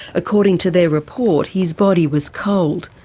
according to their report, his body was cold.